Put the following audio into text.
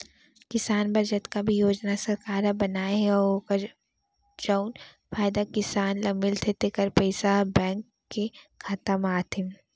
किसान बर जतका भी योजना सरकार ह बनाए हे अउ ओकर जउन फायदा किसान ल मिलथे तेकर पइसा ह बेंक के खाता म आथे